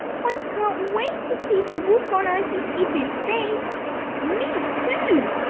like can't wait to see the look on auntie skipper's face me too!